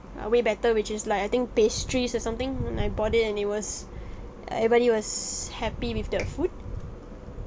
uh way better which is like I think pastries or something then I bought it and it was everybody was happy with the food